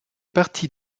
partie